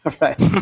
Right